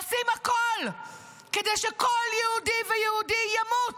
עושים הכול כדי שכל יהודי ויהודי ימות,